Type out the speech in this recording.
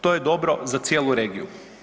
To je dobro za cijelu regiju.